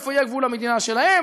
איפה יהיה גבול המדינה שלהם.